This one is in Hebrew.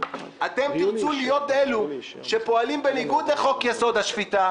אתם תרצו להיות אלו שפועלים בניגוד לחוק-יסוד: השפיטה,